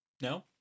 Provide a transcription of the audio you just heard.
No